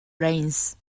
rains